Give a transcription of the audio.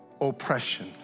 oppression